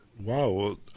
Wow